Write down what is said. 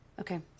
Okay